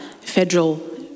federal